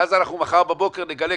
ואז אנחנו מחר בבוקר נגלה,